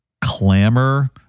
clamor